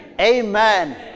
Amen